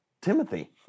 Timothy